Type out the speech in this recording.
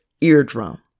eardrum